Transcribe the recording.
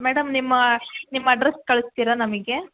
madam ನಿಮ್ಮ ನಿಮ್ಮ address ಕಳಿಸ್ತೀರಾ ನಮಗೆ